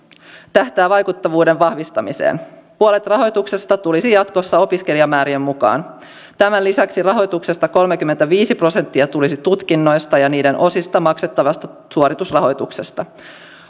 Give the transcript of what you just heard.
tähtää vaikuttavuuden vahvistamiseen puolet rahoituksesta tulisi jatkossa opiskelijamäärien mukaan tämän lisäksi rahoituksesta kolmekymmentäviisi prosenttia tulisi tutkinnoista ja niiden osista maksettavasta suoritusrahoituksesta